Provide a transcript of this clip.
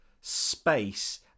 space